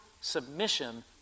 submission